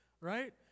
Right